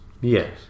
Yes